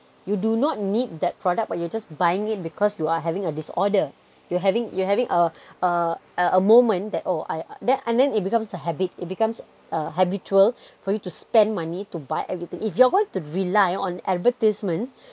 you do not need that product but you're just buying it because you are having a disorder you're having you're having a a a moment that oh I and then it becomes a habit it becomes habitual for you to spend money to buy everything if you want to rely on advertisements